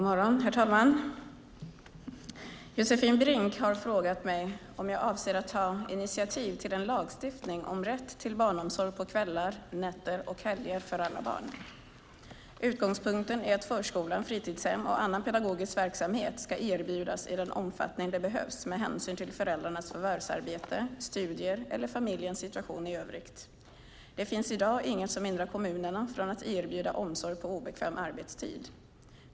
Herr talman! Josefin Brink har frågat mig om jag avser att ta initiativ till en lagstiftning om rätt till barnomsorg på kvällar, nätter och helger för alla barn. Utgångspunkten är att förskola, fritidshem och annan pedagogisk verksamhet ska erbjudas i den omfattning det behövs med hänsyn till föräldrarnas förvärvsarbete, studier eller familjens situation i övrigt. Det finns i dag inget som hindrar kommunerna från att erbjuda omsorg på obekväm arbetstid.